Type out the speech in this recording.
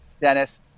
Dennis